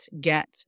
get